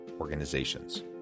Organizations